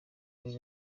muri